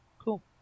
Cool